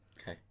Okay